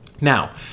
Now